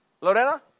Lorena